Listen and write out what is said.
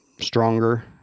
stronger